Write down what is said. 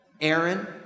Aaron